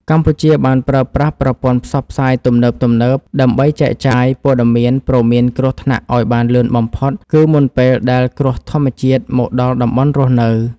កម្ពុជាបានប្រើប្រាស់ប្រព័ន្ធផ្សព្វផ្សាយទំនើបៗ ដើម្បីចែកចាយព័ត៌មានព្រមានគ្រោះថ្នាក់ឱ្យបានលឿនបំផុត គឺមុនពេលដែលគ្រោះធម្មជាតិមកដល់តំបន់រស់នៅ។